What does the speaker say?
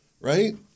right